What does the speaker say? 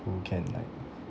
who can like